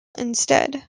instead